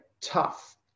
tough